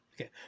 Okay